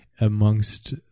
amongst –